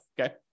okay